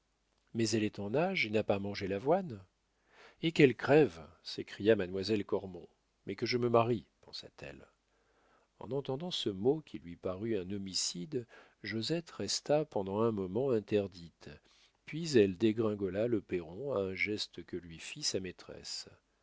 mais elle est en nage et n'a pas mangé l'avoine et qu'elle crève s'écria mademoiselle cormon mais que je me marie pensa-t-elle en entendant ce mot qui lui parut un homicide josette resta pendant un moment interdite puis elle dégringola le perron à un geste que lui fit sa maîtresse